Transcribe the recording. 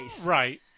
Right